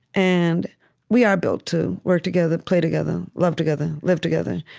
and we are built to work together, play together, love together, live together.